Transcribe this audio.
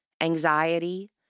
anxiety